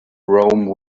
rome